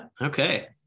okay